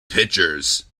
pictures